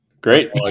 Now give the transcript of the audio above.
Great